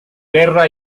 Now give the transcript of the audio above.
guerra